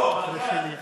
לא, הוא אמר כץ.